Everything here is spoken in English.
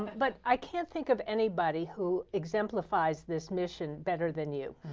but i can't think of anybody who exemplifies this mission better than you.